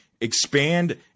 expand